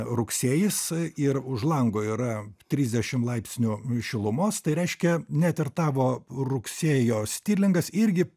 rugsėjis ir už lango yra trisdešimt laipsnių šilumos tai reiškia net ir tavo rugsėjo stirlingas irgi